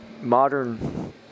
modern